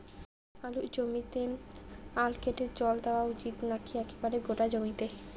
আলুর জমিতে আল কেটে জল দেওয়া উচিৎ নাকি একেবারে গোটা জমিতে?